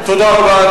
תודה רבה,